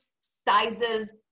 sizes